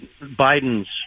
Biden's